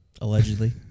allegedly